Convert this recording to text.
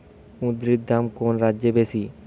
কুঁদরীর দাম কোন রাজ্যে বেশি?